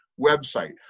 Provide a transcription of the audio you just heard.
website